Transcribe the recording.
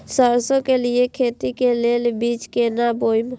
सरसों के लिए खेती के लेल बीज केना बोई?